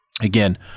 Again